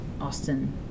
Austin